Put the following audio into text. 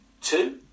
Two